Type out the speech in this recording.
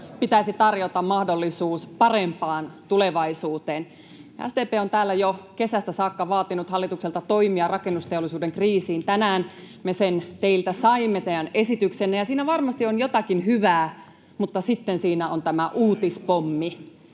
pitäisi tarjota mahdollisuus parempaan tulevaisuuteen. SDP on täällä jo kesästä saakka vaatinut hallitukselta toimia rakennusteollisuuden kriisiin. Tänään me saimme teiltä teidän esityksenne. Siinä varmasti on jotakin hyvää, mutta sitten siinä on tämä uutispommi: